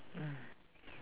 mm